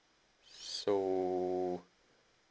so